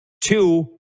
two